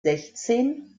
sechzehn